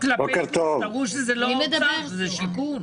שלום לכולם,